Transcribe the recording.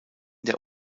der